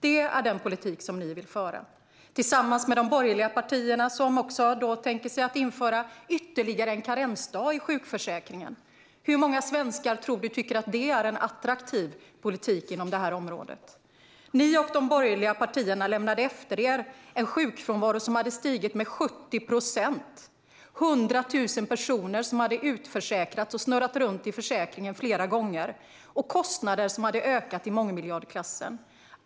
Det är den politik som ni vill föra tillsammans med de borgerliga partierna, som tänker införa ytterligare en karensdag i sjukförsäkringen. Hur många svenskar tycker att detta är en attraktiv politik, tror du? Ni och de borgerliga partierna lämnade efter er en sjukfrånvaro som hade stigit med 70 procent. Det var 100 000 personer som hade utförsäkrats och snurrat runt i försäkringen flera gånger. Det hade blivit kostnadsökningar i mångmiljardklassen.